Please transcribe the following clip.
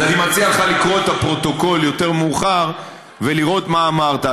אז אני מציע לך לקרוא את הפרוטוקול יותר מאוחר ולראות מה אמרת.